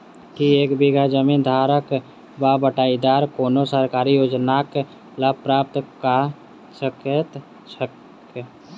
की एक बीघा जमीन धारक वा बटाईदार कोनों सरकारी योजनाक लाभ प्राप्त कऽ सकैत छैक?